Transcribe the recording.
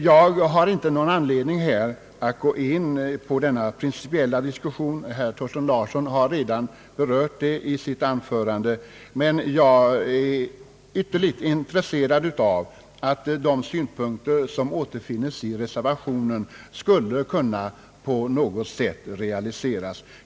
Jag har inte någon anledning att nu gå in på en principiell diskussion i de sammanhangen — herr Thorsten Larsson har redan berört frågorna i sitt anförande — men jag är ytterst intresserad av att synpunkterna i reservationen skulle kunna på något sätt förverkligas.